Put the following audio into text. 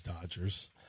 Dodgers